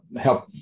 Help